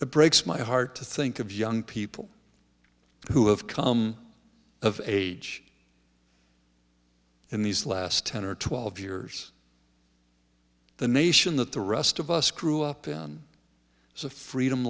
the breaks my heart to think of young people who have come of age in these last ten or twelve years the nation that the rest of us grew up in as a freedom